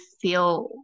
feel